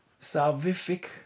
Salvific